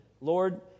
Lord